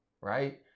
right